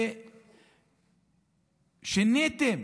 ושיניתם